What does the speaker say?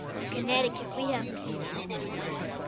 in connecticut, we have a punishment like that.